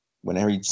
Whenever